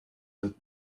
that